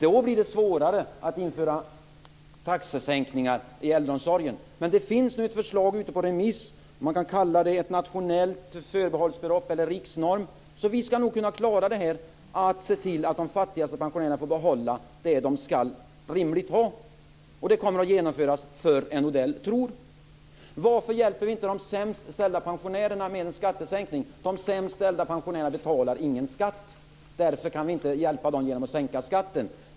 Då blir det svårare att införa taxesänkningar i äldreomsorgen. Det finns nu ett förslag ute på remiss om något man kan kalla nationellt förbehållsbelopp eller riksnorm, så vi ska nog klara att se till att de fattigaste pensionärerna får behålla det de rimligen ska ha. Detta kommer att genomföras tidigare än Odell tror. Varför hjälper vi inte de sämst ställda pensionärerna med en skattesänkning? De sämst ställda pensionärerna betalar ingen skatt, och därför kan vi inte hjälpa dem genom att sänka skatten.